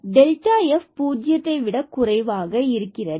f0 பூஜ்ஜியத்தை விட குறைவாக இருக்கிறது